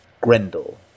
Grendel